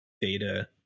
data